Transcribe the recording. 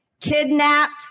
kidnapped